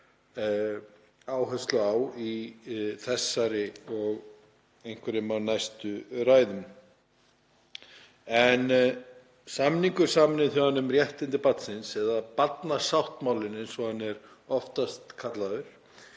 áherslu á í þessari ræðu og einhverjum af næstu ræðum. Samningur sameinuðu þjóðanna um réttindi barnsins, eða barnasáttmálinn eins og hann er oftast kallaður,